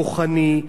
כוחני,